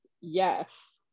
yes